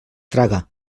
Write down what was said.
traga